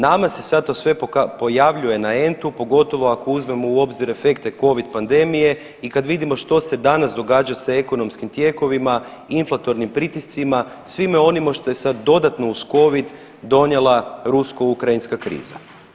Nama se sad sve to pojavljuje na entu pogotovo ako uzmemo u obzir efekte covid pandemije i kad vidimo što se danas događa sa ekonomskim tijekovima, inflatornim pritiscima svime onime što je sad dodatno uz covid donijela rusko-ukrajinska kriza.